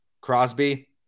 Crosby